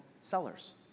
sellers